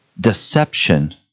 deception